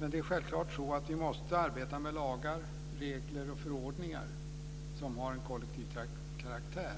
Men självklart måste vi arbeta med lagar, regler och förordningar som har kollektiv karaktär.